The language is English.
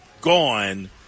gone